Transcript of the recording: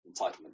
entitlement